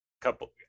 couple